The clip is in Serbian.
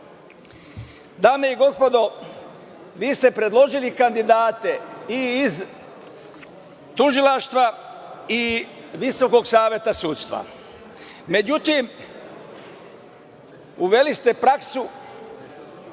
i gospodo, vi ste predložili kandidate i iz Tužilaštva i Visokog saveta sudstva. Međutim, uveli ste praksu